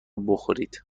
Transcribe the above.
بخورید